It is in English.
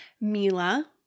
Mila